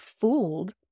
fooled